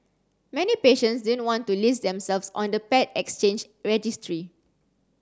many patients didn't want to list themselves on the paired exchange registry